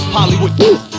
Hollywood